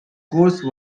course